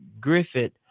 Griffith